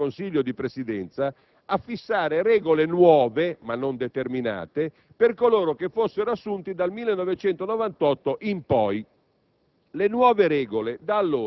impegnandosi il Consiglio di Presidenza sin da allora a fissare regole nuove ma non determinate per coloro che fossero assunti dal 1998 in poi.